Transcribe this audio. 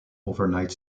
overnight